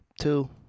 Two